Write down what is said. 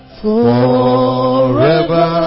forever